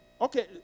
okay